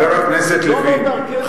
זו לא דרכנו,